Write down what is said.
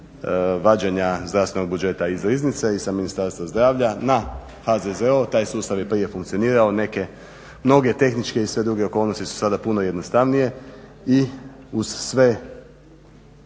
vađenja zdravstvenog budžeta iz Riznice i sa Ministarstva zdravlja na HZZO. Taj sustav je prije funkcionirao, neke mnoge tehničke i sve druge okolnosti su sada puno jednostavnije. I uz sve